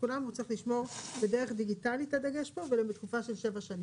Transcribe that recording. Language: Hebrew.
הוא צריך לשמור בדרך דיגיטלית הדגש פה ולתקופה של 7 שנים.